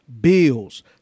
bills